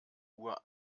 uhr